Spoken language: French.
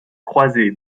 croisée